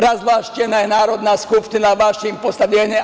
Razvlašćena je Narodna skupština vašim postavljenjem.